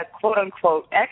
quote-unquote